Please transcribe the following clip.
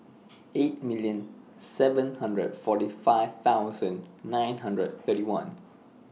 eight million seven hundred forty five thousand nine hundred thirty one